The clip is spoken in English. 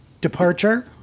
departure